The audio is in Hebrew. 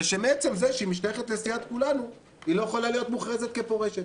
ושמעצם זה שהיא משתייכת לסיעת כולנו היא לא יכולה להיות מוכרזת כפורשת.